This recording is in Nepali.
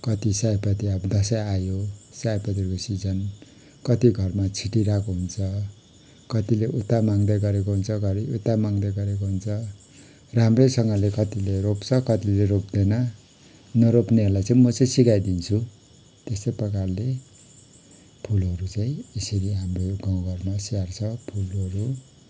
कति सयपत्री अब दसैँ आयो सयपत्रीको सिजन कति घरमा छिटिरहेको हुन्छ कतिले उता माग्दै गरेको हुन्छ कति उता माग्दै गरेको हुन्छ राम्रैसँगले कतिले रोप्छ कतिले रोप्दैन नरोप्नेहरूलाई चाहिँ म चाहिँ सिकाइदिन्छु त्यस्तै प्रकारले फुलहरू चाहिँ यसरी हाम्रो गाउँघरमा स्याहार्छ फुलहरू